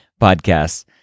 podcasts